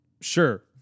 sure